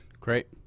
Great